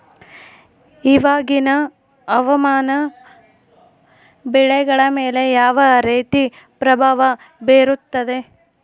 ಇವಾಗಿನ ಹವಾಮಾನ ಬೆಳೆಗಳ ಮೇಲೆ ಯಾವ ರೇತಿ ಪ್ರಭಾವ ಬೇರುತ್ತದೆ?